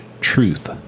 truth